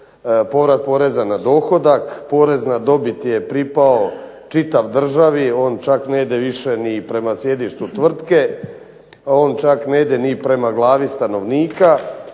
povrat poreza na dohodak, porez na dobit je pripao čitav državi, on čak ne ide više ni prema sjedištu tvrtke, on čak ne ide ni prema glavi stanovnika,